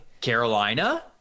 Carolina